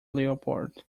leopard